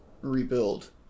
rebuild